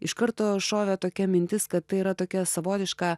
iš karto šovė tokia mintis kad tai yra tokia savotiška